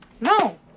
No